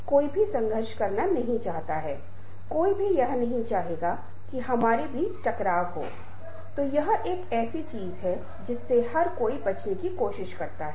और फिर हम आपके साथ संदर्भ और धन्यवाद साझा करते हुए एक सर्वेक्षण लेने की कोशिश कर रहे हैं